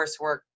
coursework